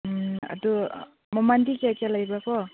ꯑꯗꯨ ꯃꯃꯜꯗꯤ ꯀꯌꯥ ꯀꯌꯥ ꯂꯩꯕ꯭ꯔꯥꯀꯣ